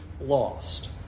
lost